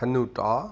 खनूटा